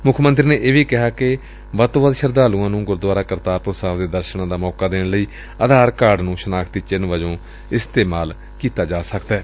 ਮੁੱਖ ਮੰਤਰੀ ਨੇ ਇਹ ਵੀ ਕਿਹਾ ਕਿ ਵੱਧ ਤੋਂ ਵੱਧ ਸ਼ਰਧਾਲੁਆਂ ਨੁੰ ਗੁਰਦੁਆਰਾ ਕਰਤਾਰਪੁਰ ਸਾਹਿਬ ਦੇ ਦਰਸ਼ਨਾਂ ਦਾ ਮੌਕਾ ਦੇਣ ਲਈ ਆਧਾਰ ਕਾਰਡ ਨੂੰ ਸ਼ਨਾਖਤੀ ਚਿੰਨ ਵਜੋਂ ਇਸਤੇਮਾਲ ਕੀਤਾ ਜਾਏ